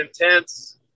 intense